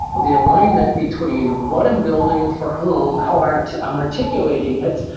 the alignment between what i'm building for whom, how um i'm articulating it,